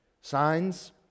Signs